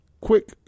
quick